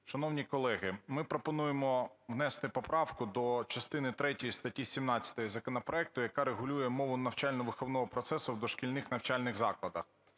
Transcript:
Шановні колеги! Ми пропонуємо внести поправку до частини третьої статті 17 законопроекту, яка регулює мову навчально-виховного процесу в дошкільних навчальних закладах.